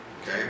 Okay